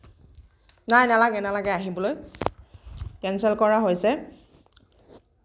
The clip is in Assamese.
নাই নালাগে নালাগে আহিবলৈ কেঞ্চেল কৰা হৈছে